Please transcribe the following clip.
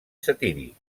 satíric